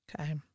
okay